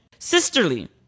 Sisterly